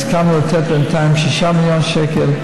הסכמנו היטב בינתיים על 6 מיליון שקל.